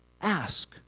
Ask